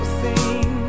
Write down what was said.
sing